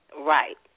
Right